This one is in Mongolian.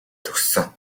төгссөн